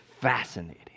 fascinating